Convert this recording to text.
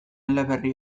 eleberri